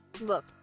Look